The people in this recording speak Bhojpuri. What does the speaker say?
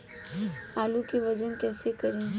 आलू के वजन कैसे करी?